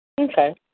Okay